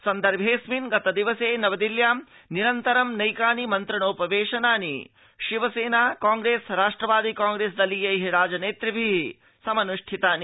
संदर्भेस्मिन् गतदिवसे नवदिल्ल्यां निरन्तरं नैकानि मन्त्रणोपवेशनानि शिवसेना कांग्रेस राष्ट्रवादिकांग्रेस दलीयैः राजनेतृभिः समनृष्ठितानि